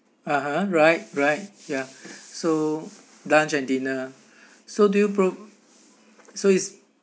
(uh huh) right right ya so lunch and dinner so do you pro~ so is